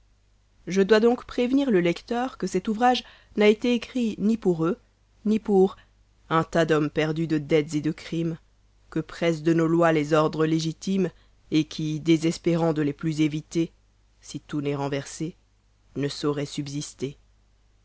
je dois donc prévenir le lecteur que cet ouvrage n'a été écrit ni pour eux ni pour un tas d'hommes perdus de dettes et de crimes que pressent de nos lois les ordres légitimes et qui désespérant de les plus éviter si tout n'est renversé ne sauraient subsister